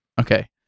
Okay